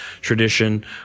tradition